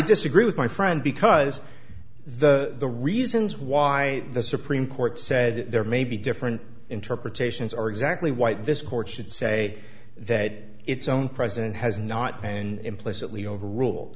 disagree with my friend because the the reasons why the supreme court said there may be different interpretations are exactly white this court should say that its own president has not and implicitly overrule